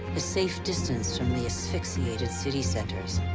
a safe distance from the asphyxiated city centers,